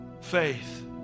Faith